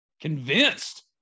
Convinced